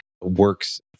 works